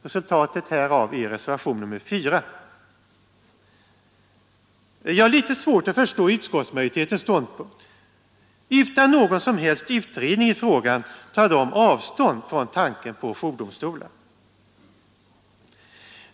Resultatet härav är reservationen 4. Jag har litet svårt att förstå utskottsmajoritetens ståndpunkt. Utan Nr 106 någon som helst utredning i frågan tar man avstånd från tanken på Fredagen den jourdomstolar.